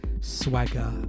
swagger